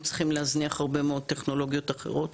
צריכים להזניח הרבה מאוד טכנולוגיות אחרות.